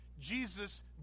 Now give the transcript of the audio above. Jesus